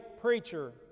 preacher